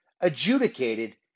adjudicated